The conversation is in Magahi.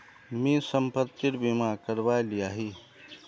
मी संपत्ति बीमा करवाए लियाही